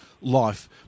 life